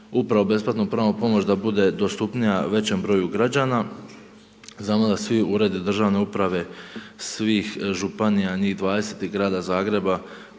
upravo besplatnu pravnu pomoć da bude dostupnija većem broju građana. Znamo da svi uredi državne uprave svih županija, njih 20 i Grada Zagreba,